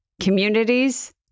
communities